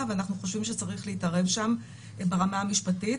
ואנחנו חושבים שצריך להתערב שם ברמה המשפטית.